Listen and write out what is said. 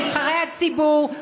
נבחרי הציבור,